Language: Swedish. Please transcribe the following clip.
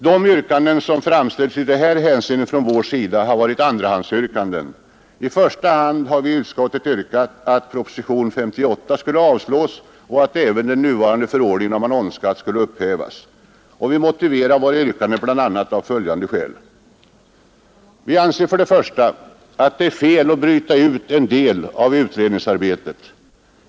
De yrkanden som framställts i dessa hänseenden från vårt håll har varit andrahandsyrkanden. I första hand har vi i utskottet yrkat att proposition nr 58 skulle avslås och att även den nuvarande förordningen om annonsskatt skulle upphävas. Vi motiverar de yrkandena bl.a. med följande skäl: 1. Vi anser att det är fel att bryta ut en del av utredningsarbetet.